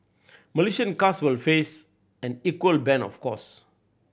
Malaysian cars would face an equal ban of course